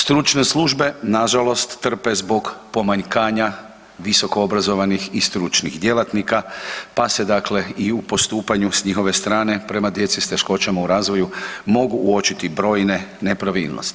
Stručne službe nažalost trpe zbog pomanjkanja visokoobrazovanih i stručnih djelatnika pa se dakle i u postupanju s njihove strane prema djeci s teškoćama u razvoju mogu uočiti brojne nepravilnosti.